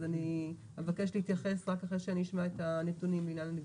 אני אבקש להתייחס רק אחרי שאני אשמע את הנתונים בעניין הנגישות.